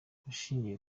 ushingiye